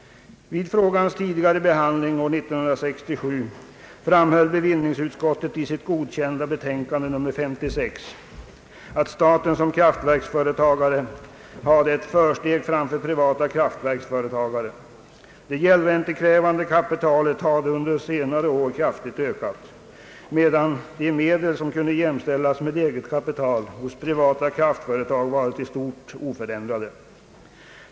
Vid frågans behandling år 1967 framhöll bevillningsutskottet i sitt godkända betänkande nr 56 att staten som kraftverksföretagare hade ett försteg framför privata kraftverksföretagare. Det gäldräntekrävande kapitalet hade under senare år kraftigt ökat, medan de medel som kunde jämställas med eget kapital hos privata kraftföretag varit i stort oförändrade.